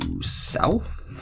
south